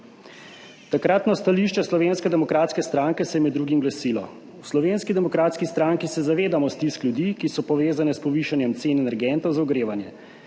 Takratno stališče Slovenske demokratske stranke se je med drugim glasilo: V Slovenski demokratski stranki se zavedamo stisk ljudi, ki so povezane s povišanjem cen energentov za ogrevanje,